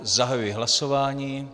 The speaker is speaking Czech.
Zahajuji hlasování.